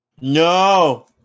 No